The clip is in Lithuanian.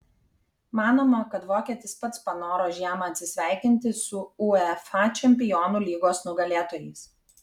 manoma kad vokietis pats panoro žiemą atsisveikinti su uefa čempionų lygos nugalėtojais